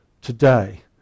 today